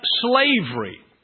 slavery